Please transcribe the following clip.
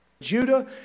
Judah